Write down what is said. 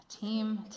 team